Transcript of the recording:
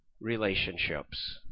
relationships